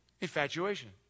Infatuation